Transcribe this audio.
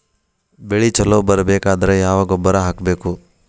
ಬೆಳಿ ಛಲೋ ಬರಬೇಕಾದರ ಯಾವ ಗೊಬ್ಬರ ಹಾಕಬೇಕು?